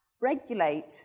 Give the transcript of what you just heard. regulate